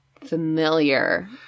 familiar